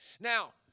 Now